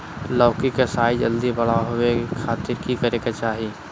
लौकी के साइज जल्दी बड़ा होबे खातिर की करे के चाही?